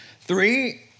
Three